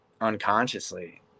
unconsciously